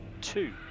two